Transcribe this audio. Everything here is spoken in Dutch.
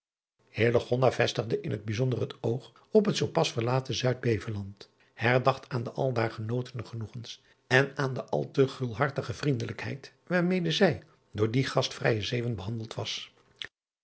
in t bijzonder het oog op het zoo pas verlaten uidbeveland herdacht aan de aldaar genotene genoegens en aan de al de gulhartige vriendelijkheid waarmede zij door die gastvrije eeuwen behandeld was